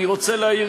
אני רוצה להעיר,